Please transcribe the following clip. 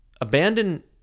abandon